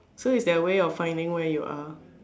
so it's their way of finding where you are